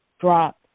drop